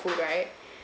food right